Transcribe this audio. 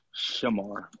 Shamar